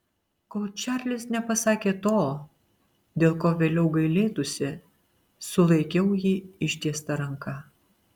kol čarlis nepasakė to dėl ko vėliau gailėtųsi sulaikiau jį ištiesta ranka